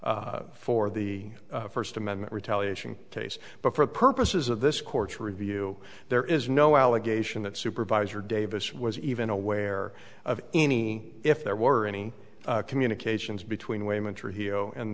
for the first amendment retaliation case but for purposes of this court's review there is no allegation that supervisor davis was even aware of any if there were any communications between